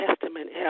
Testament